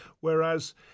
Whereas